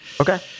Okay